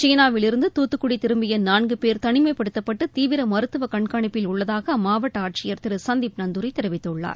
சீளாவில் இருந்து துத்துக்குடி திரும்பிய நான்கு பேர் தனிமைப்படுத்தப்பட்டு தீவிர மருத்துவ கண்கானிப்பில் உள்ளதாக அம்மாவட்ட ஆட்சியர் திரு சந்தீப் நந்தூரி தெரிவித்துள்ளார்